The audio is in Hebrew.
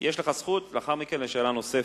יש לך זכות לאחר מכן לשאלה נוספת.